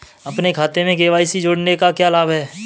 अपने खाते में के.वाई.सी जोड़ने का क्या लाभ है?